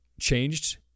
changed